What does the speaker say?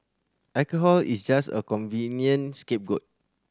alcohol is just a convenient scapegoat